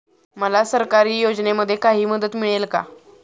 मला सरकारी योजनेमध्ये काही मदत मिळेल का?